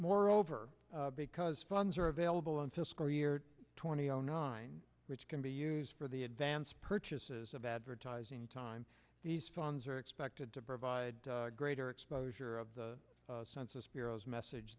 more over because funds are available in fiscal year twenty zero nine which can be used for the advance purchases of advertising time these funds are expected to provide greater exposure of the census bureau's message